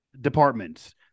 departments